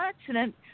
accident